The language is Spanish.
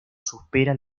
supera